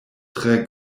tre